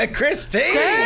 Christine